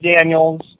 Daniels